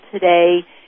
today